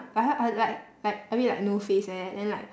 uh like like a bit like no face like that then like